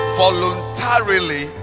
voluntarily